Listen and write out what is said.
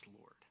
Lord